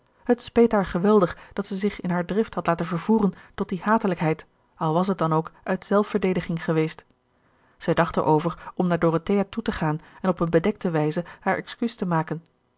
het speet haar geweldig dat zij zich in haar drift had laten vervoeren tot die hatelijkheid al was het dan ook uit zelfverdediging geweest zij dacht er over om naar dorothea toe te gaan en op een bedekte wijze haar excuus te maken